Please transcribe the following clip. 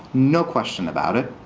no question about it,